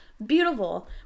beautiful